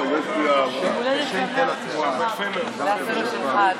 חבר הכנסת לוין.